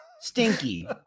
Stinky